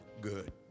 good